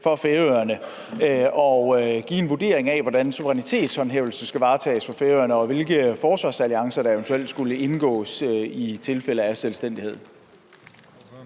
for Færøerne, at give en vurdering af, hvordan suverænitetshåndhævelsen skal varetages for Færøerne, og hvilke forsvarsalliancer der eventuelt skulle indgås i tilfælde af selvstændighed.